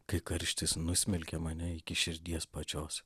kai karštis nusmelkė mane iki širdies pačios